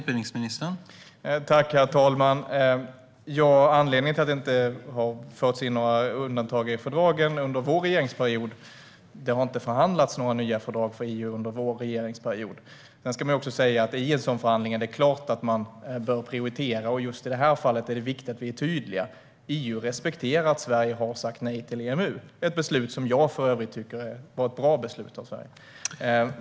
Herr talman! Anledningen till att det inte har förts in några undantag i fördragen under vår regeringsperiod är att det inte har förhandlats några nya fördrag för EU under den tiden. Sedan ska man också säga att i en sådan förhandling är det klart att man bör prioritera, och just i det här fallet är det viktigt att vi är tydliga. EU respekterar att Sverige har sagt nej till EMU, ett beslut som jag för övrigt tycker var ett bra beslut av Sverige.